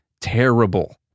Terrible